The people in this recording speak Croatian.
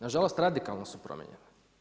Nažalost radikalno su primijenjene.